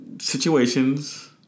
situations